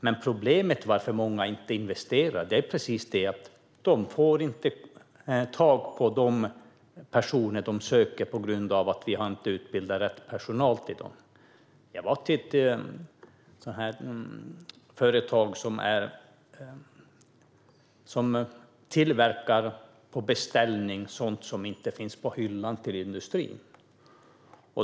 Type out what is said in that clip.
Men skälet till problemet, att många inte investerar, är att de inte får tag på rätt personer på grund av att vi inte har utbildat rätt personal till dem. Jag var hos ett företag som på beställning tillverkar sådant som inte finns på hyllan till industrin.